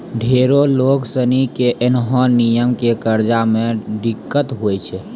ढेरो लोग सनी के ऐन्हो नियम से कर्जा मे दिक्कत हुवै छै